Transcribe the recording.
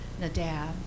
Nadab